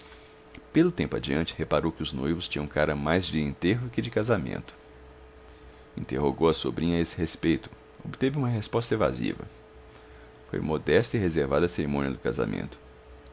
pelo tempo adiante reparou que os noivos tinham cara mais de enterro que de casamento interrogou a sobrinha a esse respeito obteve uma resposta evasiva foi modesta e reservada a cerimônia do casamento